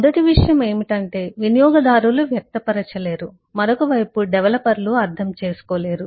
మొదటి విషయం ఏమిటంటే వినియోగదారులు వ్యక్తపరచలేరు మరొక వైపు డెవలపర్లు అర్థం చేసుకోలేరు